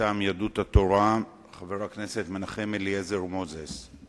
מטעם יהדות התורה, חבר הכנסת מנחם אליעזר מוזס.